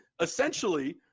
essentially